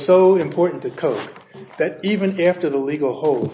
so important to cover that even after the legal hold